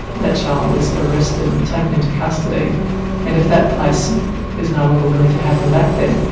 that child is arrested and taken into custody and if that place is no longer willing to have them back there,